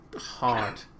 hard